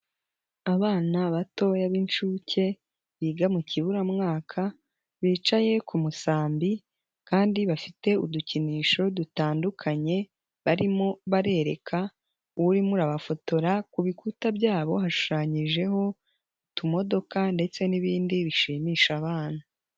Abana batoya b'inshuke biga mu kiburamwaka, bicaye ku musambi kandi bafite udukinisho dutandukanye, barimo barereka urimo abafotora, ku bikuta byabo hashushanyijeho utumodoka ndetse n'ibindi bishimisha abana.